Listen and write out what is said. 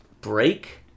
break